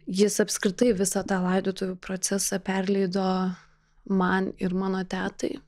jis apskritai visą tą laidotuvių procesą perleido man ir mano tetai